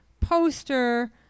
poster